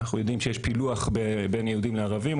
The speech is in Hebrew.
אנחנו יודעים שיש פילוח בין יהודים וערבים.